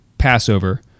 Passover